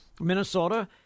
Minnesota